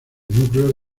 núcleos